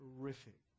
Terrific